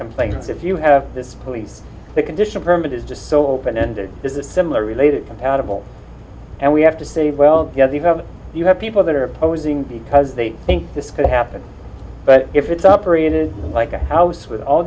complaints if you have this the condition permit is just so open ended is it similar related compatible and we have to say well yes you have you have people that are opposing because they think this could happen but if it's operated like a house with all